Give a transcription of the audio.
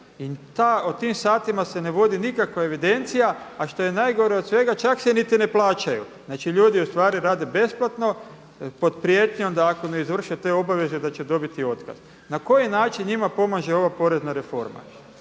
i o tim satima se ne vodi nikakva evidencija, a što je najgore od svega čak se niti ne plaćaju. Znači ljudi u stvari rade besplatno pod prijetnjom da ako ne izvrše te obaveze da će dobiti otkaz. Na koji način njima pomaže ova porezna reforma?